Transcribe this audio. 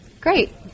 Great